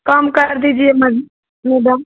कम कर दीजिए मेडम